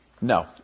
No